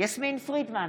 יסמין פרידמן,